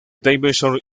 davidson